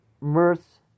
mirth